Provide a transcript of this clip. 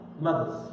mothers